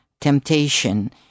temptation